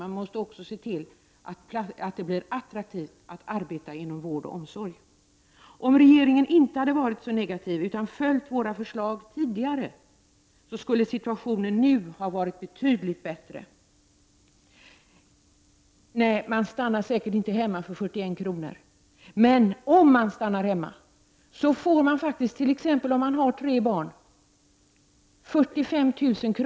Man måste också se till att det blir attraktivt att arbeta inom vård och omsorg. Om regeringen inte hade varit så negativ utan tidigare följt våra förslag, så skulle situationen nu ha varit betydligt bättre. Nej, man stannar säkert inte hemma om man får en ersättning på 41 kr. om dagen, men den som har tre barn får faktiskt 45 000 kr.